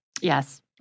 Yes